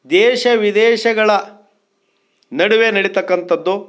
ದೇಶ ವಿದೇಶಗಳ ನಡುವೆ ನಡೀತಕ್ಕಂಥದ್ದು